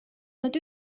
nad